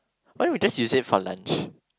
why don't we just use it for lunch